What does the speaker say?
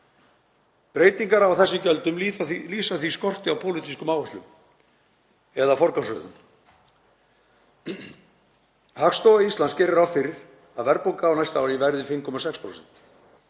Breytingar á þessum gjöldum lýsa því skorti á pólitískum áherslum eða forgangsröðun. Hagstofa Íslands gerir ráð fyrir því að verðbólga á næsta ári verði 5,6%.